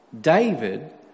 David